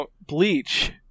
bleach